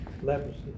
leprosy